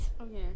okay